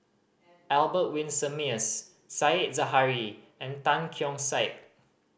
Albert Winsemius Said Zahari and Tan Keong Saik